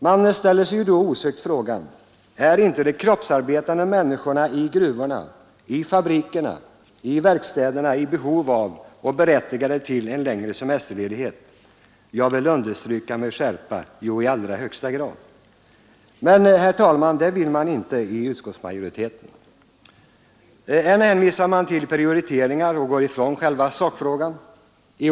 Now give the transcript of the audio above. Man ställer sig då osökt frågan: Är inte de kroppsarbetande människorna i gruvorna, i fabrikerna, i verkstäderna i behov av och berättigade till en längre semesterledighet? Jag vill understryka med skärpa: Jo, i allra högsta grad. Men, herr talman, det vill inte utskottsmajoriteten medge. Än hänvisar man till prioriteringar och går ifrån själva sakfrågan.